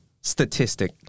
statistic